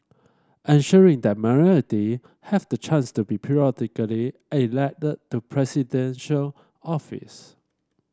ensuring that minority have the chance to be periodically elect to Presidential Office